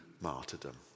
martyrdom